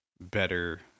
better